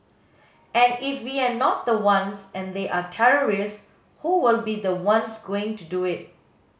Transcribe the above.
and if we're not the ones and there are terrorists who will be the ones going to do it